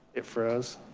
it froze.